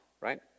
right